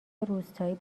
روستایی